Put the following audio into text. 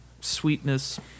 sweetness